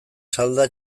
salda